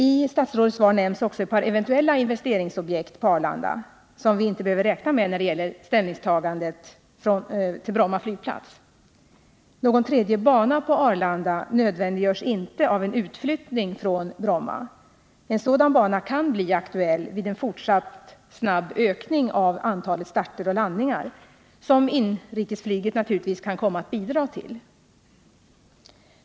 I statsrådets svar nämns också ett par eventuella investeringsobjekt på Nr 126 Arlanda som vi inte behöver räkna med när det gäller ställningstagandet till Tisdagen den alternativet Bromma flygplats. 22 april 1980 Någon tredje bana på Arlanda nödvändiggörs inte av en utflyttning från Bromma. En sådan bana kan bli aktuell vid en fortsatt snabb ökning av antalet starter och landningar, som inrikesflyget naturligtvis kan komma att bidra till.